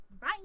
Bye